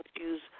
use